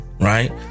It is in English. right